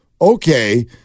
okay